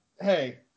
hey